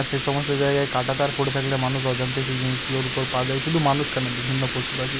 সে সমস্ত জায়গায় কাটা তার পড়ে থাকলে মানুষ অজান্তে সেই জিনিসগুলোর উপর পা দেয় শুধু মানুষ কেন বিভিন্ন পশু পাখি